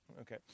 Okay